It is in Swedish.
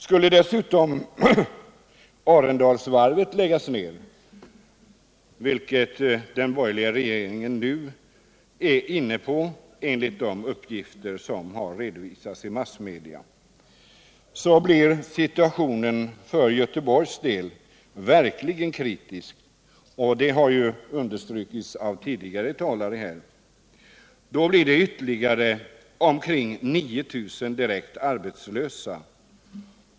Skulle dessutom Arendalsvarvet läggas ned —en tanke som den borgerliga regeringen nu är inne på enligt de uppgifter som redovisats i massmedia — så blir situationen för Göteborgs del verkligen kritisk, vilket också understrukits tidigare i debatten. Då skulle det bli ytterligare omkring 9000 direkt arbetslösa.